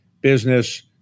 business